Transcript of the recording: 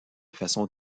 façon